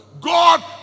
God